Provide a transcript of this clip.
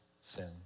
sin